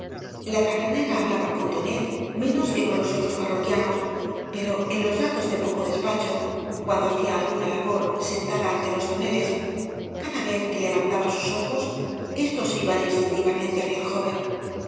la tabernera hablaba con tonet menoe que con los otros parroquianos pero en los ratos de poco despacho cuando hacía alguna labor sentada ante los toneles cada vez que levantaba bus ojos éstos iban instintivamente hacia el joven